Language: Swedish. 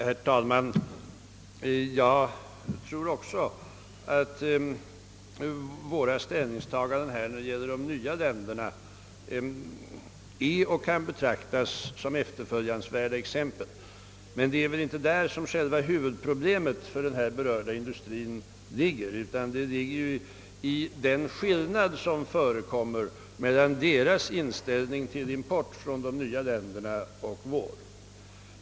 Herr talman! Jag tror också att våra ställningstaganden beträffande de nya länderna kan betraktas som efterföljansvärda, men det är väl inte där som själva huvudproblemet för den berörda industrien ligger. Det ligger i skillnaden mellan andra importländers inställning till import från de nya länderna och vår.